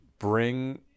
bring